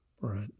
right